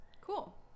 Cool